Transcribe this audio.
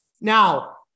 Now